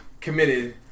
committed